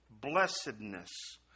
blessedness